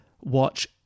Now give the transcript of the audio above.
watch